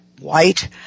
white